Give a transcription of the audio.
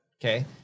Okay